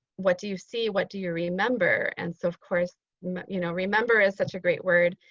what do you see? what do you remember? and so of course you know remember is such a great word.